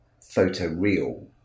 photo-real